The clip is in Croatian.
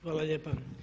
Hvala lijepa.